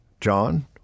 John